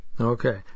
Okay